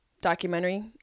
documentary